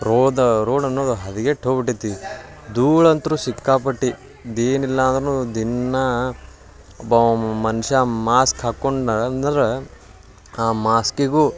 ರೋದ road ಅನ್ನೋದು ಹದ್ಗೆಟ್ಟು ಹೋಗಿಬಿಟ್ಟೈತಿ ಧೂಳಂತು ಸಿಕ್ಕಾಪಟ್ಟೆ ಏನಿಲ್ಲಾಂದ್ರುನು ದಿನಾ ಒಬ್ಬ ಮನುಷ್ಯ ಮಾಸ್ಕ್ ಹಾಕ್ಕೊಂಡ್ನ ಅಂದ್ರೆ ಆ ಮಾಸ್ಕಿಗೂ